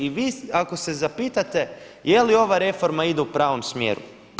I ako se zapitate jeli ova reforma ide u pravom smjeru?